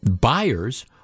buyers